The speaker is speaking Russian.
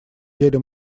деле